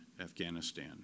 Afghanistan